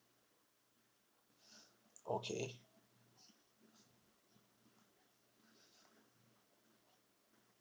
okay